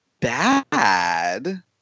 bad